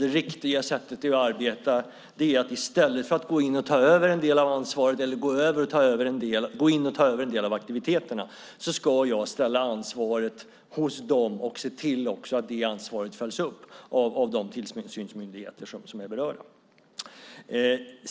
Det riktiga sättet att arbeta är att, i stället för att gå in och ta över en del av ansvaret eller en del av aktiviteterna, lägga ansvaret på dem och se till att det följs upp av de tillsynsmöjligheter som är berörda.